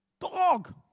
dog